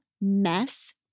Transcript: Mess